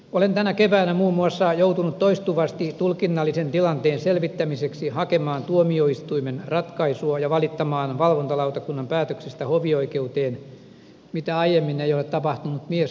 olen tänä keväänä muun muassa joutunut toistuvasti tulkinnallisen tilanteen selvittämiseksi hakemaan tuomioistuimen ratkaisua ja valittamaan valvontalautakunnan päätöksistä hovioi keuteen mitä aiemmin ei ole tapahtunut miesmuistiin